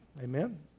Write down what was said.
Amen